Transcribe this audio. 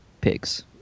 pigs